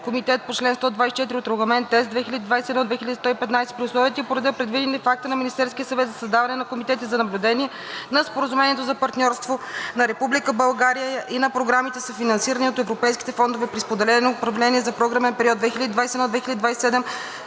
комитет по чл. 124 от Регламент (ЕС) 2021/2115 при условията и по реда, предвидени в акта на Министерския съвет за създаване на комитети за наблюдение на Споразумението за партньорство на Република България и на програмите, съфинансирани от Европейските фондове при споделено управление, за програмен период 2021 – 2027